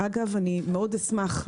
אגב, אני מאוד אשמח,